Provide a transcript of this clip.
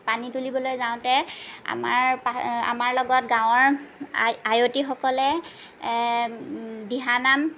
পানী তুলিবলৈ যাওঁতে আমাৰ আমাৰ লগত গাঁৱৰ আই আয়তীসকলে দিহানাম